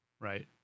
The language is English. Right